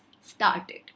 started